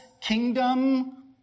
kingdom